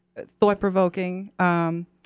thought-provoking